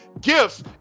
gifts